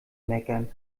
meckern